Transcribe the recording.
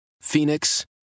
Phoenix